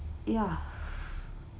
ya